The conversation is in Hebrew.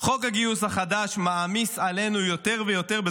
חוק הגיוס החדש מעמיס עלינו יותר ויותר,